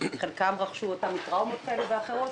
חלקם רכשו את הנכות בטראומות כאלה ואחרות